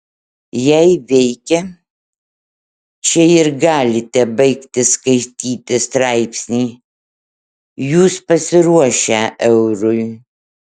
jei veikia čia ir galite baigti skaityti straipsnį jūs pasiruošę eurui